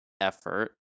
effort